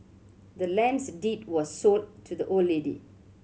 the land's deed was sold to the old lady